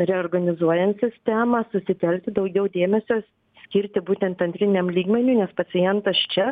reorganizuojant sistemą susitelkti daugiau dėmesio skirti būtent antriniam lygmeniui nes pacientas čia